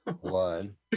one